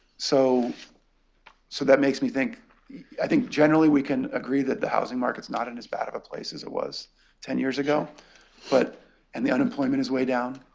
so so that makes me think i think generally we can agree that the housing market's not in as bad of a place as it was ten years ago but and the unemployment is way down.